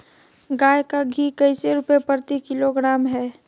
गाय का घी कैसे रुपए प्रति किलोग्राम है?